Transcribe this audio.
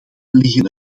liggen